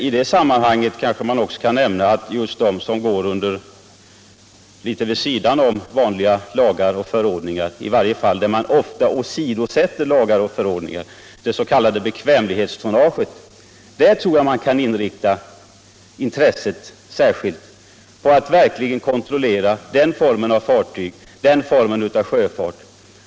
I det sammanhanget kanske man kan säga att intresset bör inriktas på de fartyg som ofta åsidosätter lagar och förordningar, det s.k. bekvämlighetstonnaget. Den formen av fartyg och den formen av sjöfart bör man verkligen kontrollera.